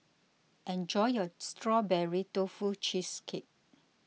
enjoy your Strawberry Tofu Cheesecake